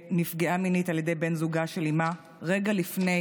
שנפגעה מינית על ידי בן זוגה של אימה, רגע לפני